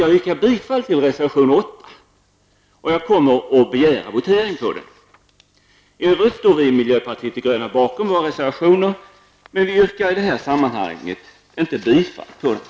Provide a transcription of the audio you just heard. Jag yrkar bifall till reservation 8 och vill meddela att jag kommer att begära votering på den punkten. I övrigt står vi i miljöpartiet de gröna bakom våra reservationer. Men i detta sammanhang yrkar vi inte bifall till dem.